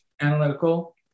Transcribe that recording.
analytical